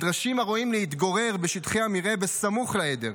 נדרשים הרועים להתגורר בשטחי המרעה בסמוך לעדר.